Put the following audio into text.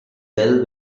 well